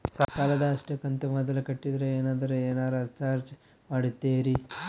ಸಾಲದ ಅಷ್ಟು ಕಂತು ಮೊದಲ ಕಟ್ಟಿದ್ರ ಏನಾದರೂ ಏನರ ಚಾರ್ಜ್ ಮಾಡುತ್ತೇರಿ?